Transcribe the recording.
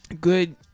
good